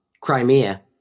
Crimea